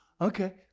Okay